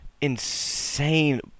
insane